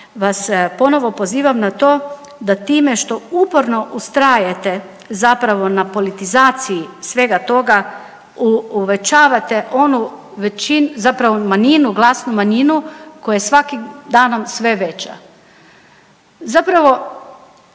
vas ponovo pozivam na to da time što uporno ustrajete zapravo na politizaciji svega toga uvećavate zapravo manjinu, glasnu manjinu koja je svakim danom sve veća.